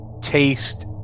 taste